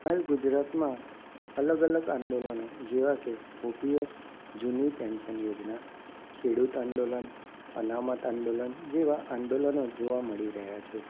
હાલ ગુજરાતમાં અલગ અલગ આંદોલન જેવા કે ઓપીએસ જૂની પેન્સન યોજના ખેડૂત આંદોલન અનામત આંદોલન જેવાં આંદોલનો જોવા મળી રહ્યાં છે